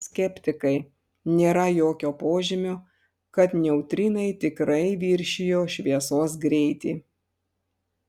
skeptikai nėra jokio požymio kad neutrinai tikrai viršijo šviesos greitį